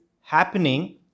happening